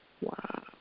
Wow